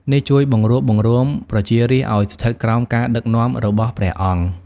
នេះជួយបង្រួបបង្រួមប្រជារាស្ត្រឱ្យស្ថិតក្រោមការដឹកនាំរបស់ព្រះអង្គ។